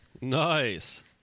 Nice